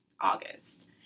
August